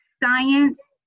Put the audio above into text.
science